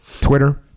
Twitter